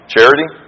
Charity